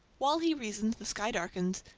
while he reasoned, the sky darkened,